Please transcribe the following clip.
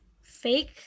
fake